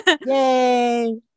Yay